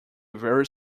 very